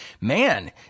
man